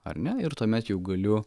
ar ne ir tuomet jau galiu